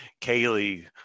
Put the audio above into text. Kaylee